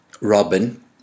Robin